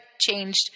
changed